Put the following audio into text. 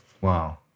Wow